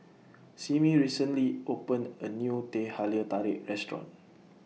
Simmie recently opened A New Teh Halia Tarik Restaurant